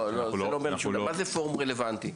מה זה פורום רלוונטי?